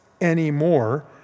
anymore